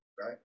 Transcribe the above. right